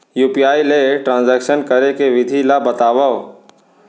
UPI ले transaction करे के विधि ला बतावव?